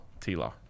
T-Law